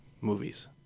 movies